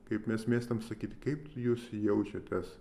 kaip mes mėgstam sakyti kaip jūs jaučiatės